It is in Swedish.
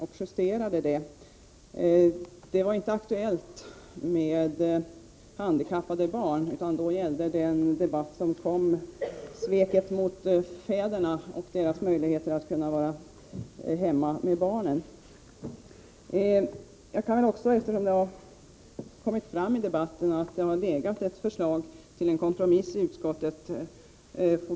Då gällde inte debatten rätt till ledighet för vård av handikappade barn, utan den handlade om sveket mot fäderna och deras möjligheter att få vara hemma med barnen. Eftersom det har framkommit i debatten kan jag nämna att det har förelegat ett kompromissförslag i utskottet.